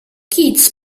kids